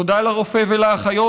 תודה לרופא ולאחיות.